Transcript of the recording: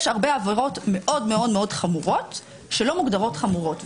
יש הרבה עבירות מאוד מאוד חמורות שלא מוגדרות חמורות.